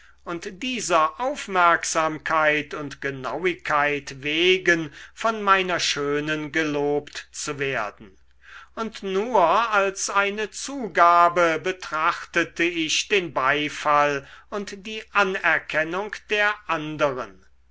und dieser aufmerksamkeit und genauigkeit wegen von meiner schönen gelobt zu werden und nur als eine zugabe betrachtete ich den beifall und die anerkennung der anderen